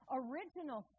original